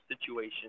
situation